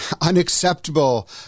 unacceptable